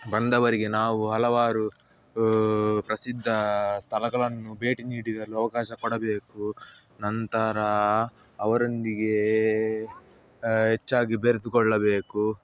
ಬಂದವರಿಗೆ ನಾವು ಹಲವಾರು ಪ್ರಸಿದ್ಧ ಸ್ಥಳಗಳನ್ನು ಭೇಟಿ ನೀಡಲು ಅವಕಾಶ ಕೊಡಬೇಕು ನಂತರ ಅವರೊಂದಿಗೆ ಹೆಚ್ಚಾಗಿ ಬೆರೆತುಕೊಳ್ಳಬೇಕು